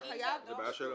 זה בעיה שלו.